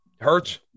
Hurts